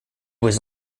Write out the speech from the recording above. was